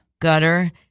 Gutter